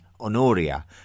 Honoria